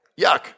Yuck